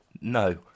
No